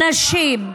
נשים,